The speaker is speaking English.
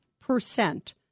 percent